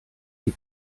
die